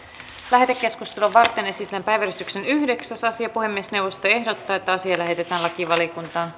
lähetekeskustelua varten esitellään päiväjärjestyksen yhdeksäs asia puhemiesneuvosto ehdottaa että asia lähetetään lakivaliokuntaan